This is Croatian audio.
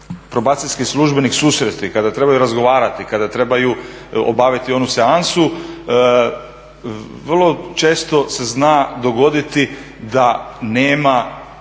probacijski službenik susresti, kada trebaju razgovarati, kada trebaju obaviti onu seansu vrlo često se zna dogoditi da nema